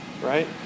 right